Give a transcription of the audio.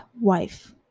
wife